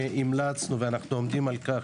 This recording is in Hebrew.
המלצנו ואנו עומדים על כך,